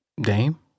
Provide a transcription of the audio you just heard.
Dame